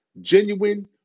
genuine